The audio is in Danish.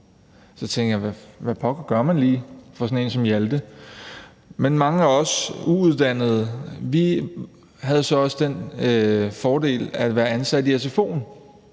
Så tænkte jeg: Hvad pokker gør man lige for sådan en som Hjalte? Men mange af os uuddannede havde så også den fordel at være ansat i sfo'en,